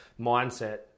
mindset